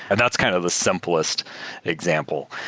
and that's kind of the simplest example.